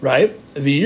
Right